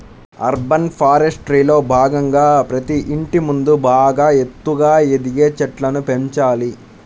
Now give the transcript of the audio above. urban ఫారెస్ట్రీలో భాగంగా ప్రతి ఇంటి ముందు బాగా ఎత్తుగా ఎదిగే చెట్లను పెంచాలి